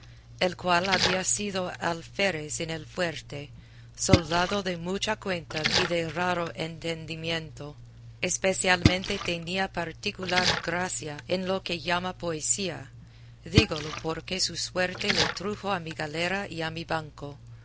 el cual había sido alférez en el fuerte soldado de mucha cuenta y de raro entendimiento especialmente tenía particular gracia en lo que llaman poesía dígolo porque su suerte le trujo a mi galera y a mi banco